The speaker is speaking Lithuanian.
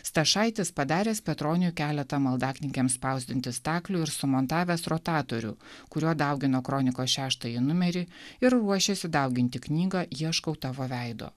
stašatis padaręs petroniui keletą maldaknygėms spausdinti staklių ir sumontavęs rotatorių kuriuo daugino kronikos šeštąjį numerį ir ruošėsi dauginti knygą ieškau tavo veido